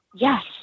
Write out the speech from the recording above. Yes